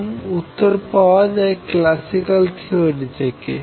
এটির উত্তর পাওয়া যায় ক্লাসিক্যাল থিওরি থেকে